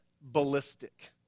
ballistic